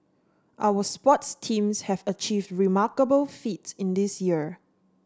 our sports teams have achieved remarkable feats in this year